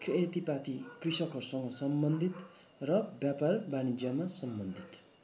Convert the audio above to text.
खेतीपाती कृषकहरूसँग सम्बन्धित र व्यापार वाणिज्यमा सम्बन्धित